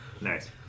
Nice